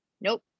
Nope